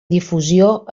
difusió